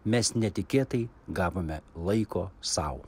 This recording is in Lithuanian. mes netikėtai gavome laiko sau